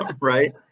Right